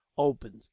opened